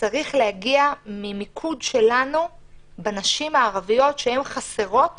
צריכה להגיע ממיקוד שלנו בנשים הערביות שהיום חסרות